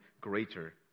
greater